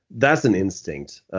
that's an instinct.